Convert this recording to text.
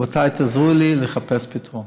רבותיי, תעזרו לי לחפש פתרון.